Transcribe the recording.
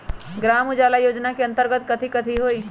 ग्राम उजाला योजना के अंतर्गत कथी कथी होई?